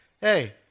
Hey